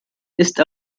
ist